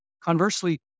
conversely